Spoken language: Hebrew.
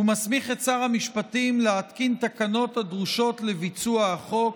ומסמיך את שר המשפטים להתקין תקנות הדרושות לביצוע החוק,